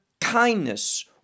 kindness